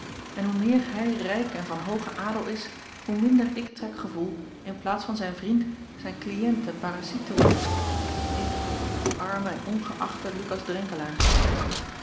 en hoe meer hij rijk en van hoogen adel is hoe minder ik trek gevoel in plaats van zijn vriend zijn kliënt en paraziet te worden ik de arme en ongeächte ucas